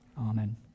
Amen